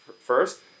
first